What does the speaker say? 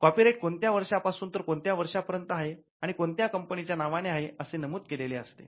copyright कोणत्या वर्षापासून तर कोणत्या वर्षापर्यंत आहे आणि कोणत्या कंपनीच्या नावाने आहे असे नमूद केलेले असते